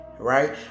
Right